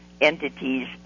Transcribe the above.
entities